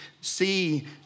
see